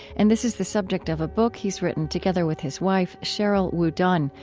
and this is the subject of a book he's written together with his wife, sheryl wudunn,